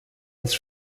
his